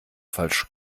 falsch